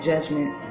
judgment